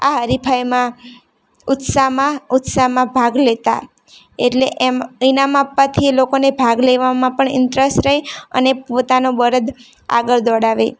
આ હરીફાઈમાં ઉત્સાહમાં ઉત્સાહમાં ભાગ લેતા એટલે એમ ઈનામ આપવાથી એ લોકોને ભાગ લેવામાં પણ ઇન્ટરસ્ટ રહે અને પોતાનો બળદ આગળ દોડાવે